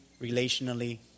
relationally